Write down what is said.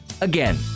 Again